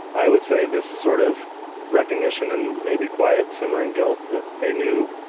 i would say, this sort of recognition and maybe quiet simmering guilt that they knew